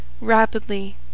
Rapidly